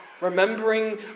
Remembering